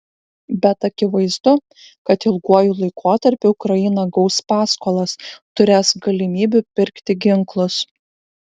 bet akivaizdu kad ilguoju laikotarpiu ukraina gaus paskolas turės galimybių pirkti ginklus